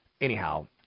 Anyhow